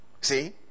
See